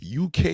UK